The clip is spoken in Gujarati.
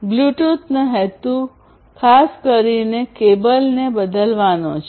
બ્લૂટૂથનો હેતુ ખાસ કરીને કેબલને બદલવાનો છે